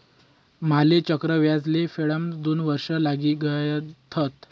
माले चक्रव्याज ले फेडाम्हास दोन वर्ष लागी गयथात